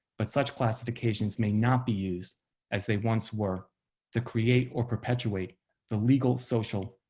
but such classifications may not be used as they once were to create or perpetuate the legal, social,